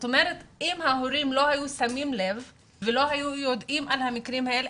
אם ההורים לא היו שמים לב ולא היו יודעים על המקרים האלה,